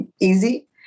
easy